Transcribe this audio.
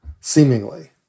seemingly